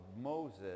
Moses